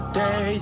day